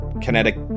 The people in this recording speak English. Kinetic